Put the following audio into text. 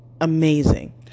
amazing